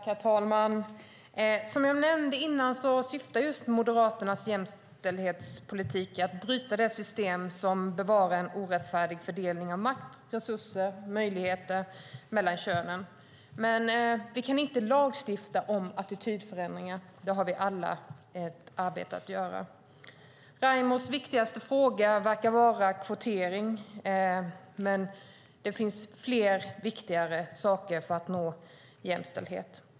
Herr talman! Som jag nämnde tidigare syftar Moderaternas jämställdhetspolitik till att bryta det system som bevarar en orättfärdig fördelning av makt, resurser och möjligheter mellan könen. Men vi kan inte lagstifta om attitydförändringar. Där har vi alla ett arbete att göra. Raimos viktigaste fråga verkar vara kvotering. Men det finns många viktigare saker att göra för att nå jämställdhet.